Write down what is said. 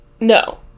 No